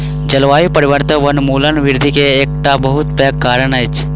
जलवायु परिवर्तन वनोन्मूलन वृद्धि के एकटा बहुत पैघ कारण अछि